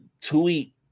tweet